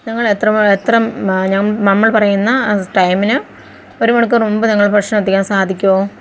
നിങ്ങൾ നമ്മൾ പറയുന്ന ടൈമിന് ഒരു മണിക്കൂർ മുമ്പ് നിങ്ങള് ഭക്ഷണം എത്തിക്കാൻ സാധിക്കോ